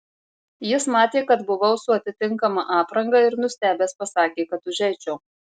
jis matė kad buvau su atitinkama apranga ir nustebęs pasakė kad užeičiau